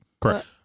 correct